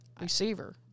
receiver